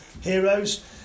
heroes